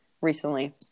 recently